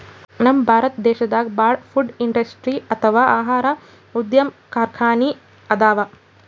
ನಮ್ ಭಾರತ್ ದೇಶದಾಗ ಭಾಳ್ ಫುಡ್ ಇಂಡಸ್ಟ್ರಿ ಅಥವಾ ಆಹಾರ ಉದ್ಯಮ್ ಕಾರ್ಖಾನಿ ಅದಾವ